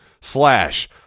slash